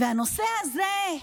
והנושא הזה,